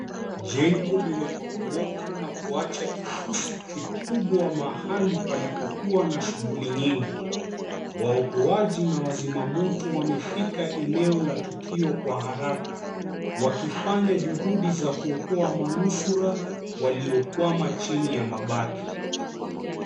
Jengo limeporomoka na kuwacha kifusi kikubwa mahali palipokua na shuguli nyingi. Waokoaji na wazima moto wamefika eneo la tukio kwa haraka, wakifanya juhudi za kuokoa manusura waliokwama chini ya mabaki.